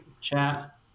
chat